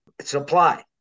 Supply